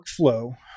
workflow